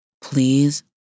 Please